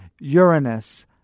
Uranus